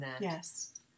Yes